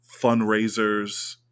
fundraisers